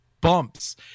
bumps